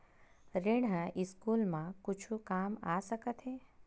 ऋण ह स्कूल मा कुछु काम आ सकत हे?